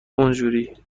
اونجوری